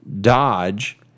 Dodge